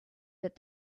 that